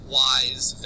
wise